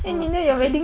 !whoa! okay